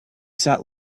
sat